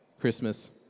Christmas